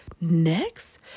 next